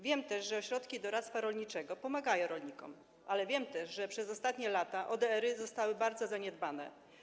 Wiem, że ośrodki doradztwa rolniczego pomagają rolnikom, ale wiem też, że przez ostatnie lata ODR-y były bardzo zaniedbane.